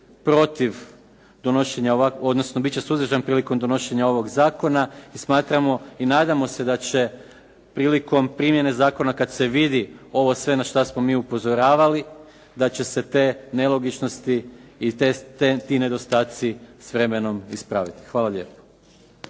protiv donošenja, odnosno biti će suzdržan prilikom donošenja ovoga zakona i smatramo, i nadamo se da će prilikom primjene zakona kada se vidi ovo sve na što smo mi upozoravali da će se te nelogičnosti i ti nedostaci s vremenom ispraviti. Hvala lijepa.